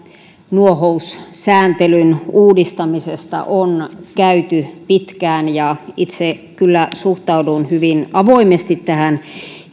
nuohoussääntelyn uudistamisesta on käyty pitkään ja itse kyllä suhtaudun hyvin avoimesti tähän